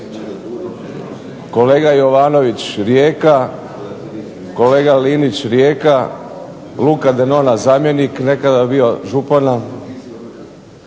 kolega Jovanović Rijeka, kolega Linić Rijeka, Luka Denona zamjenik nekada bio župana,